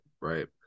Right